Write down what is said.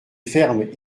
ferme